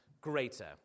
greater